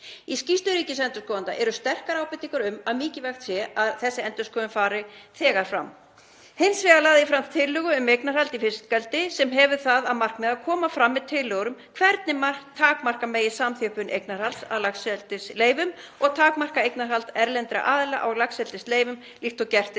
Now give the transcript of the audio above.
Í skýrslu ríkisendurskoðanda eru sterkar ábendingar um að mikilvægt sé að þessi endurskoðun fari þegar fram. Hins vegar lagði ég fram tillögu um eignarhald í fiskeldi sem hefur það að markmiði að koma fram með tillögur um hvernig takmarka megi samþjöppun eignarhalds á laxeldisleyfum og takmarka eignarhald erlendra aðila á laxeldisleyfum líkt og gert